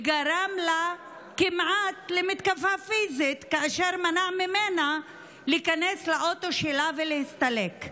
וגרם למתקפה פיזית כמעט כאשר מנע ממנה להיכנס לאוטו שלה ולהסתלק.